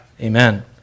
Amen